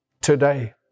today